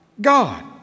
God